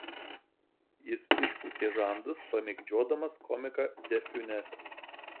jis išpūtė žandus pamėgdžiodamas komiką de fiunesą